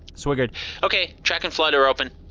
swigert okay, track and flood are open.